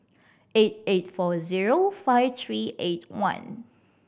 eight eight four zero five three eight one